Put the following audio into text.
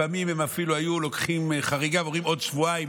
לפעמים הם אפילו היו לוקחים חריגים ואומרים: עוד שבועיים.